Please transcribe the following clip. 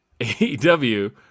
AEW